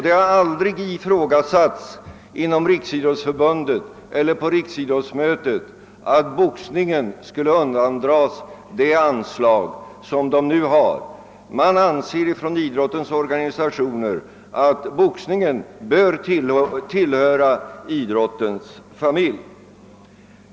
Det har aldrig ifrågasatts inom Riksidrottsförbundet eller på riksidrottsmöte att boxningen skulle undan dras det anslag den nu har. Man anser inom idrottens organisationer att boxningen bör tillhöra idrottens familj.